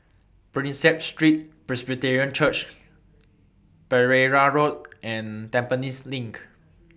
Prinsep Street Presbyterian Church Pereira Road and Tampines LINK